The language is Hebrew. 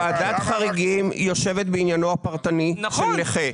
ועדת חריגים יושבת בעניינו הפרטני של נכה.